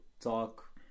talk